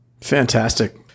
Fantastic